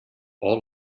all